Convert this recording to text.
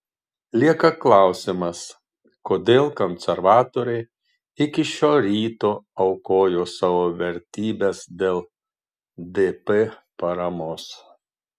lieka klausimas kodėl konservatoriai iki šio ryto aukojo savo vertybes dėl dp paramos